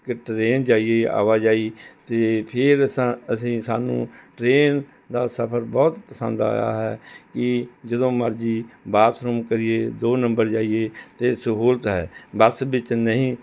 ਕਿ ਟ੍ਰੇਨ ਜਾਈਏ ਆਵਾਜਾਈ ਅਤੇ ਫੇਰ ਅਸੀਂ ਅਸੀਂ ਸਾਨੂੰ ਟ੍ਰੇਨ ਦਾ ਸਫ਼ਰ ਬਹੁਤ ਪਸੰਦ ਆਇਆ ਹੈ ਕਿ ਜਦੋਂ ਮਰਜ਼ੀ ਬਾਥਰੂਮ ਕਰੀਏ ਦੋ ਨੰਬਰ ਜਾਈਏ ਅਤੇ ਸਹੂਲਤ ਹੈ ਬੱਸ ਵਿੱਚ ਨਹੀਂ